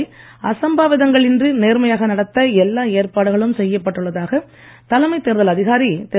காமராஜ் நகர் அசம்பாவிதங்கள் இன்றி நேர்மையாக நடத்த எல்லா ஏற்பாடுகளும் செய்யப் பட்டுள்ளதாக தலைமைத் தேர்தல் அதிகாரி திரு